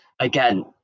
Again